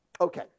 Okay